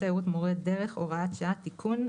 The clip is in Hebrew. תיירות (מורי דרך) (הוראת שעה) (תיקון),